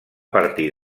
partir